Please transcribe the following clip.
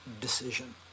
decision